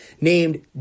named